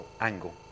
angle